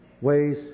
ways